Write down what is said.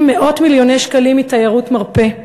מאות מיליוני שקלים מתיירות מרפא,